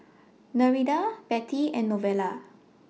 Nereida Bettie and Novella